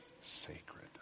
sacred